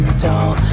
dull